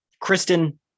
Kristen